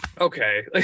okay